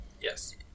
Yes